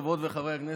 חברות וחברי הכנסת,